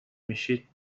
میشید